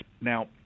Now